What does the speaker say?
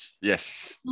Yes